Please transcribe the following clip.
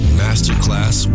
masterclass